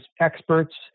experts